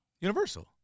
Universal